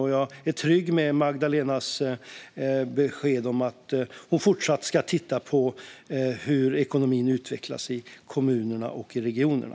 Men jag är trygg med Magdalenas besked om att hon ska fortsätta att titta på hur ekonomin utvecklas i kommunerna och regionerna.